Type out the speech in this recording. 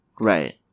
Right